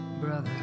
Brother